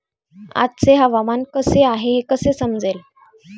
आजचे हवामान कसे आहे हे कसे समजेल?